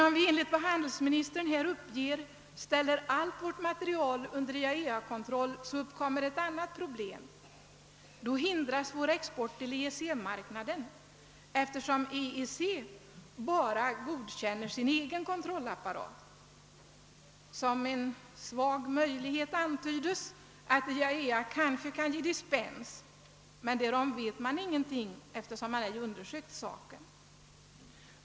Om vi, enligt vad handelsministern här uppger, ställer allt vårt material under ITAEA-kontroll uppkommer ett annat problem. Då hindras vår export till EEC-marknaden, eftersom EEC bara godkänner sin egen komntrollapparat. Som en svag möjlighet antydes att IAEA kanske kan ge dispens, men därom vet man ingenting, eftersom man ej undersökt saken.